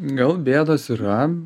gal bėdos yra